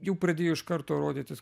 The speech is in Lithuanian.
jau pradėjo iš karto rodytis